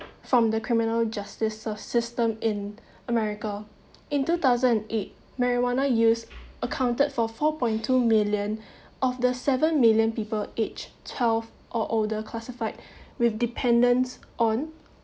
from the criminal justice system in america in two thousand eight marijuana use accounted for four point two million of the seven million people aged twelve or older classified with dependence on